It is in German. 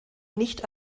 nicht